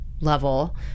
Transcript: level